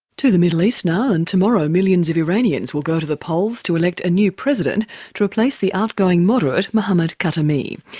to the middle east now, and tomorrow millions of iranians will go to the polls to elect a new president to replace the out going moderate mohammed khatami.